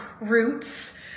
roots